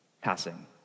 passing